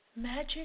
Magic